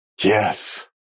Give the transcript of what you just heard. Yes